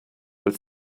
but